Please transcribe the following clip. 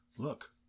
Look